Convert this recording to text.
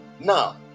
now